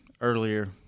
earlier